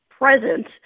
present